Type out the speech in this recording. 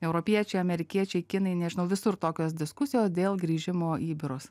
europiečiai amerikiečiai kinai nežinau visur tokios diskusijos dėl grįžimo į biurus